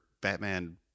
Batman